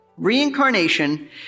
Reincarnation